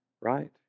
right